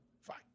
fine